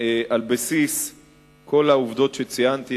על בסיס כל העובדות שציינתי,